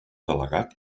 delegat